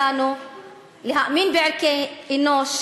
אני מגינה על זכויות הילדים,